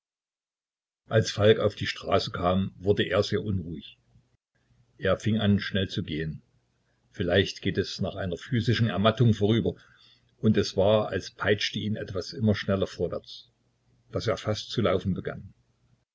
als falk auf die straße kam wurde er sehr unruhig er fing an schnell zu gehen vielleicht geht es nach einer physischen ermattung vorüber und es war als peitsche ihn etwas immer schneller vorwärts daß er fast zu laufen begann